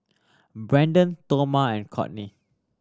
Braden Toma and Cortney